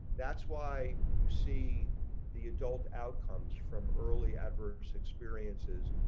that's why you see the adult outcomes from early adverse experiences,